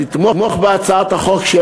לתמוך בהצעת החוק,